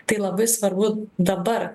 tai labai svarbu dabar